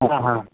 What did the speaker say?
हाँ हाँ